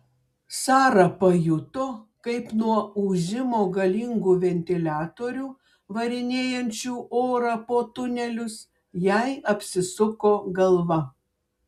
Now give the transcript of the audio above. sara pajuto kaip nuo ūžimo galingų ventiliatorių varinėjančių orą po tunelius jai apsisuko galva